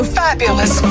fabulous